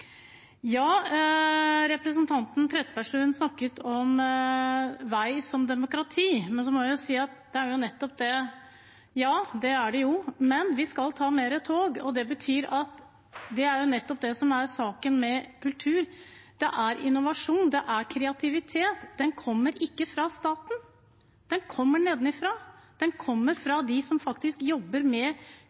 Ja, det er det jo, men vi skal ta mer tog. Og det er jo nettopp det som er saken med kultur: Det er innovasjon og kreativitet, og det kommer ikke fra staten. Det kommer nedenfra, det kommer fra dem som faktisk jobber med